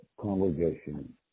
congregation